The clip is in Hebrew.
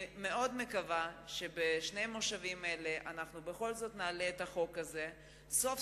אני מקווה מאוד שבשני המושבים האלה נעלה את החוק הזה וסוף